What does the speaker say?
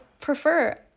prefer